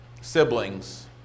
siblings